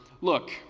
Look